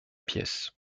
pièce